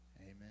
Amen